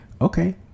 okay